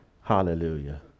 Hallelujah